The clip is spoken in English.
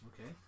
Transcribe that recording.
okay